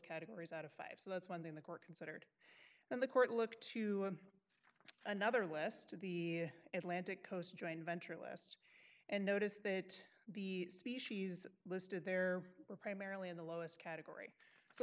categories out of five so that's one thing the court considered then the court look to another less to the atlantic coast joint venture last and noticed that the species listed there were primarily in the lowest category so